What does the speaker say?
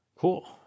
Cool